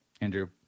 Andrew